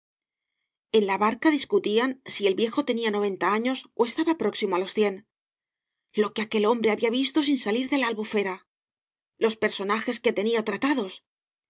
la barca discutían si el viejo tenía noventa afíos ó estaba próximo á los cien lo que aquel hombre había visto sin salir de la albufera los personajes que tenía tratados